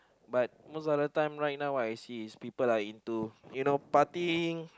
but most other time right now I see is people are into you know partying